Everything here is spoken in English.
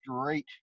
straight